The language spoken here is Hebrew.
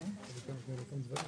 שאלה אחת.